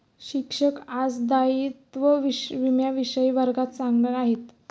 शिक्षक आज दायित्व विम्याविषयी वर्गात सांगणार आहेत